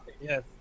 yes